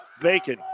Bacon